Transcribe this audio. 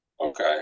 Okay